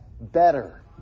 better